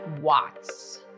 watts